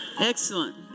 Excellent